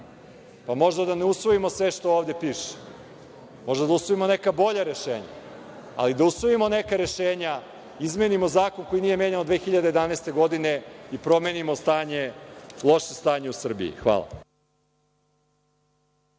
Pa, možemo da ne usvojimo sve što ovde pište, možemo da usvojimo neka bolja rešenja, a i da usvojimo neka rešenja, izmenimo zakon koji nije menjan od 2011. godine i promenimo stanje, loše stanje u Srbiji. Hvala.